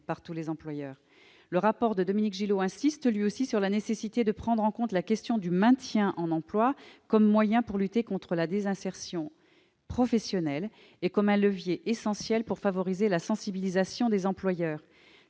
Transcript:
par tous les employeurs. Le rapport de Dominique Gillot insiste, lui aussi, sur la nécessité de prendre en compte le maintien en emploi comme un moyen pour lutter contre la désinsertion professionnelle et comme un levier essentiel pour favoriser la sensibilisation des employeurs.